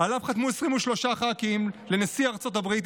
לנשיא ארצות הברית,